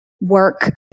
work